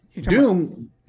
Doom